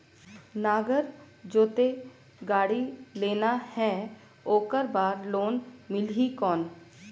नागर जोते गाड़ी लेना हे ओकर बार लोन मिलही कौन?